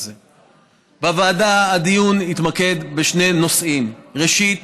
בוועדה הדיון התמקד בשני נושאים: ראשית,